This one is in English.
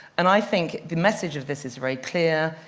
and i think the message of this is very clear.